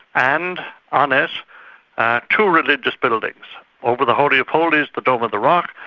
and on it are two religious buildings over the holy of holies the dome of the rock,